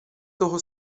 toho